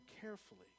carefully